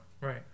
Right